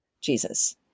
Jesus